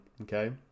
okay